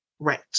Right